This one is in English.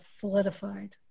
solidified